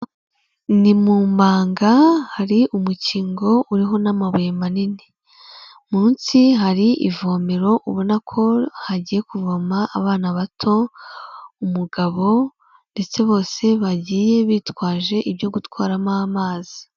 Ni mu manga hari umukingo uriho n'amabuye manini, munsi hari ivomero ubona ko hagiye kuvoma abana bato, umugabo ndetse bose bagiye bitwaje ibyo gutwaramo amazi.